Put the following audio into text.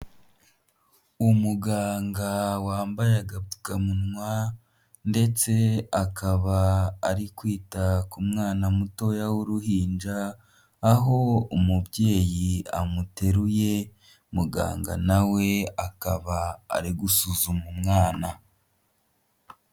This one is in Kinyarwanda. Umuganga wambaye agapfukamunwa ndetse akaba ari kwita ku mwana mutoya w'uruhinja aho umubyeyi amuteruye muganga nawe we akaba ari gusuzuma umwana.